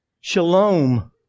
Shalom